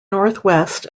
northwest